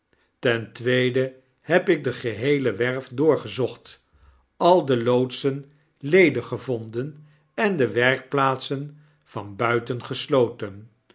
ten tweede heb ik de geheele werf doorgezocht al de loodsen ledig gevonden en de werkplaatsen van